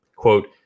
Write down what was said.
quote